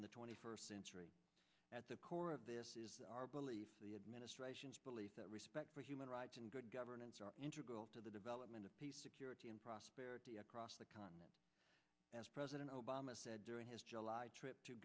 in the twenty first century at the core of our belief the administration's belief that respect for human rights and good governance are integral to the development of peace security and prosperity across the continent as president obama said during his july trip to